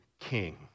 king